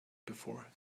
before